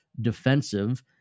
defensive